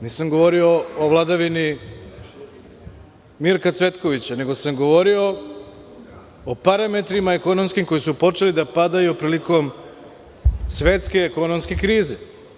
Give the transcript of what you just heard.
Nisam govorio o vladavini Mirka Cvetkovića, nego sam govorio o ekonomskim parametrima, koji su počeli da padaju prilikom svetske ekonomske krize.